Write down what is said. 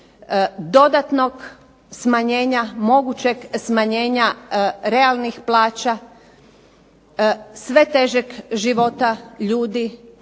dodatnog smanjenja mogućeg smanjenja realnih plaća, sve težeg života ljudi